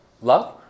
love